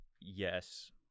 yes